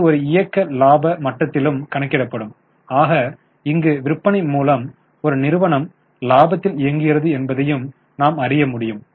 இது ஒரு இயக்க இலாப மட்டத்திலும் கணக்கிடப்படும் ஆக இங்கு விற்பனை மூலம் ஒரு நிறுவனம் இலாபத்தில் இயங்குகிறது என்பதையும் நாம் அறிய முடியும்